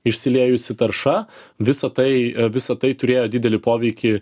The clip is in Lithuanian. išsiliejusi tarša visa tai visa tai turėjo didelį poveikį